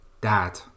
Dad